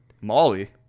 Molly